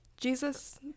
Jesus